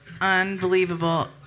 Unbelievable